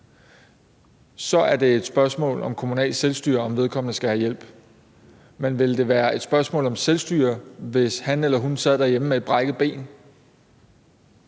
så er det et spørgsmål om kommunalt selvstyre, om vedkommende skal have hjælp, men ville det være et spørgsmål om selvstyre, hvis han eller hun sad derhjemme med et brækket ben?